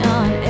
on